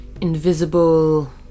invisible